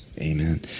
Amen